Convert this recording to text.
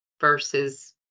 versus